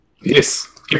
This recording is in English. Yes